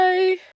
Bye